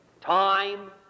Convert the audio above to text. time